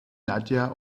nadja